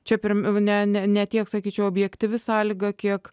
čia priimti ne ne tiek sakyčiau objektyvi sąlyga kiek